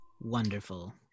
Wonderful